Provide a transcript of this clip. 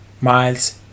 Miles